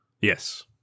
Yes